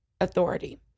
authority